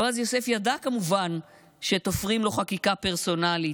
בועז יוסף ידע כמובן שתופרים לו חקיקה פרסונלית,